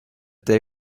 day